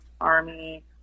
Army